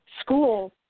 school